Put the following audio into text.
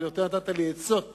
אבל נתת לי יותר עצות מגערות.